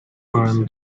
barn